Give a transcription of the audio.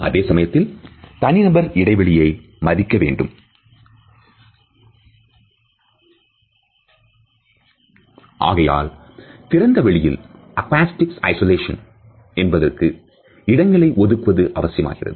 அதே சமயத்தில் தனிநபர் இடைவெளியை மதிக்க வேண்டும் ஆகையால் திறந்த வெளிகளில் acoustic isolation என்பதற்கு இடங்களை ஒதுக்குவது அவசியமாகிறது